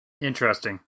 Interesting